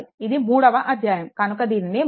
ఇది మూడవ అధ్యాయం కనుక దీనిని 3